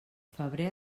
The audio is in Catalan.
febrer